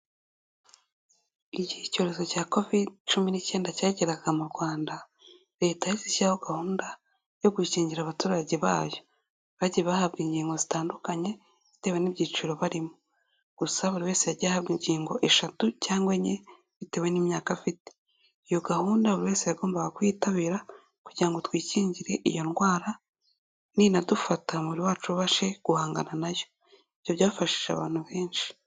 Igihe icyorezo cya Covid cumi n'icyenda cyageraga mu Rwanda, Leta yahise ishyiraho gahunda yo gukingira abaturage bayo, bagiye bahabwa inkinngo zitandukanye bitewe n'ibyiciro barimo, gusa buri wese yagiye ahabwa inkingo eshatu cyangwa enye bitewe n'imyaka afite, iyo gahunda buri wese yagombaga kuyitabira kugira ngo twikingire iyo ndwara ninadufata umuribiri wacu ubashe guhangana na yo, ibyo byafashije abantu benshi.